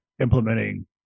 implementing